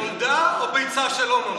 החוק הזה זה ביצה שנולדה או ביצה שלא נולדה?